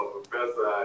Professor